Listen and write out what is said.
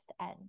End